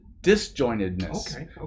disjointedness